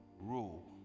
rule